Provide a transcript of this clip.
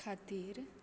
खातीर